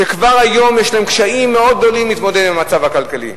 שכבר היום יש להם קשיים מאוד גדולים להתמודד עם המצב הכלכלי.